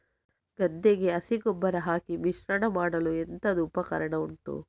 ಗದ್ದೆಗೆ ಹಸಿ ಗೊಬ್ಬರ ಹಾಕಿ ಮಿಶ್ರಣ ಮಾಡಲು ಎಂತದು ಉಪಕರಣ ಉಂಟು?